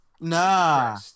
Nah